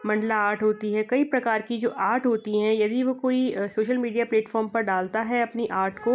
Mandla art होती है कई प्रकार का जो आर्ट होता है यदि वो कोई सोशल मीडिया प्लेटफॉम पर डालता है अपने आर्ट को